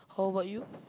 how about you